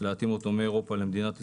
להתאים אותו מאירופה למדינת ישראל,